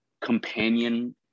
companion